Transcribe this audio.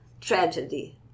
tragedy